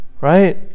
right